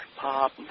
pop